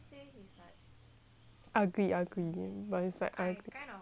ugly ugly but it's like